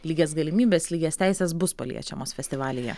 lygias galimybes lygias teises bus paliečiamos festivalyje